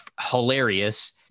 hilarious